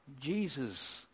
Jesus